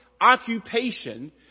occupation